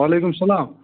وعلیکُم سلام